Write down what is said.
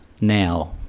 now